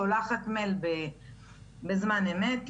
שולחת מייל בזמן אמת,